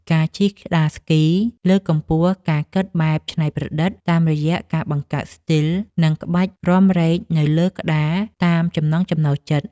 ការជិះក្ដារស្គីលើកកម្ពស់ការគិតបែបច្នៃប្រឌិត តាមរយៈការបង្កើតស្ទីល និងក្បាច់រាំរែកនៅលើក្ដារតាមចំណង់ចំណូលចិត្ត។